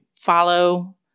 follow